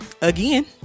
Again